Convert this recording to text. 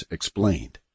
Explained